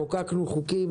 חוקקנו חוקים,